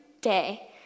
day